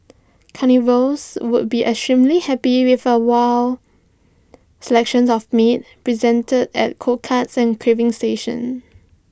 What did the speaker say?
carnivores would be extremely happy with A wide selection of meats presented at cold cuts and carving station